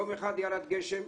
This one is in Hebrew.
יום אחד ירד גשם,